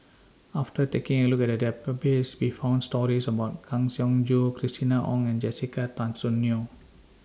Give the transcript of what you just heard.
after taking A Look At The Database We found stories about Kang Siong Joo Christina Ong and Jessica Tan Soon Neo